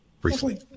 briefly